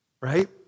Right